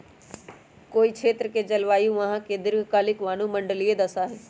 कोई क्षेत्र के जलवायु वहां के दीर्घकालिक वायुमंडलीय दशा हई